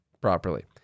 properly